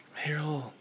Meryl